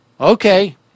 Okay